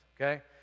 Okay